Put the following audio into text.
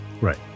Right